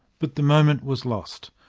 but the moment was lost.